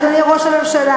אדוני ראש הממשלה,